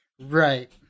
Right